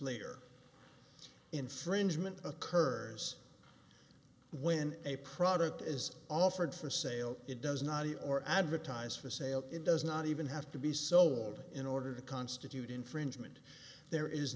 ar infringement occurs when a product is offered for sale it does not he or advertise for sale it does not even have to be sold in order to constitute infringement there is